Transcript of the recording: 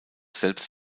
selbst